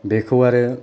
बेखौ आरो